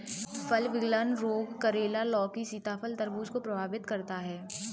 फल विगलन रोग करेला, लौकी, सीताफल, तरबूज को प्रभावित करता है